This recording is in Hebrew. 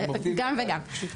גם וגם.